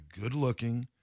good-looking